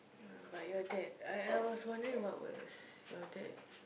ya but your dad I was wondering what was your dad